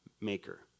maker